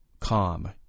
Calm